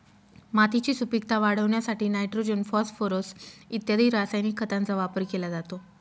मातीची सुपीकता वाढवण्यासाठी नायट्रोजन, फॉस्फोरस इत्यादी रासायनिक खतांचा वापर केला जातो